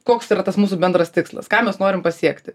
koks yra tas mūsų bendras tikslas ką mes norim pasiekti